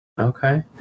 okay